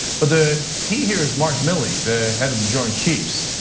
but the key here is mark milley, the head of the joint chiefs,